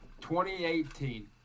2018